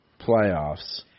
playoffs